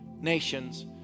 nations